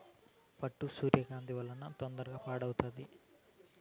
పట్టు సూర్యకాంతి వలన తొందరగా పాడవుతుంది